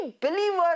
believer